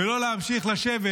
ולא להמשיך לשבת